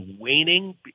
waning